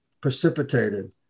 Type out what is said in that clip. precipitated